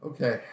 Okay